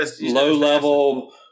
low-level